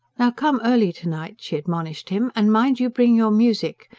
now come early to-night, she admonished him. and mind you bring your music.